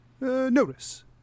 notice